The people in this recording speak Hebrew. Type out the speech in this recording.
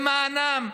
למענם.